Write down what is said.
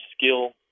skill